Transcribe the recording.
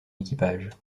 équipage